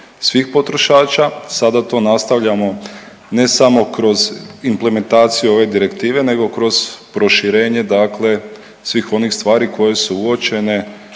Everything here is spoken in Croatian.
svih potrošača, sada to nastavljamo ne samo kroz implementaciju ove direktive nego kroz proširenje dakle svih onih stvari koje su uočene